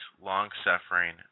long-suffering